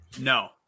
No